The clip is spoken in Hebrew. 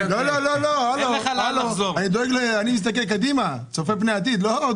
אני מסתכל קדימה, צופה פני עתיד, ולא עוד